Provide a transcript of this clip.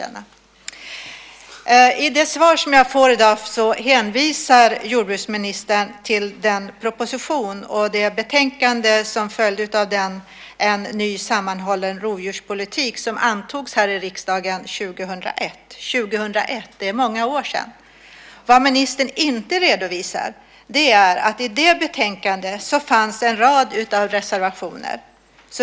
I det svar som jag får i dag hänvisar jordbruksministern till den proposition om en ny sammanhållen rovdjurspolitik och det betänkande som följde av den och som antogs av riksdagen 2001. Det är många år sedan. Vad ministern inte redovisar är att det i det betänkandet fanns en rad reservationer.